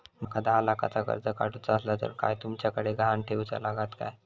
माका दहा लाखाचा कर्ज काढूचा असला तर काय तुमच्याकडे ग्हाण ठेवूचा लागात काय?